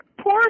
poor